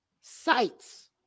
sites